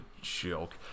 joke